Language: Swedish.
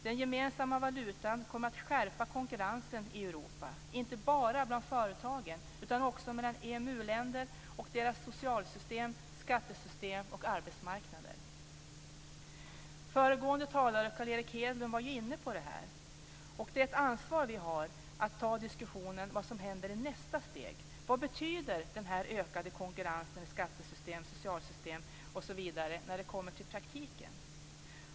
Den gemensamma valutan kommer att skärpa konkurrensen i Europa, inte bara bland företagen utan också mellan EMU-länder och deras socialsystem, skattesystem och arbetsmarknader." Föregående talare Carl Erik Hedlund var inne på det här och på det ansvar som vi har för att ta upp diskussionen om vad som händer i nästa steg. Vad betyder den ökade konkurrensen i skattesystem, i socialförsäkringssystem osv. när det kommer till praktiken?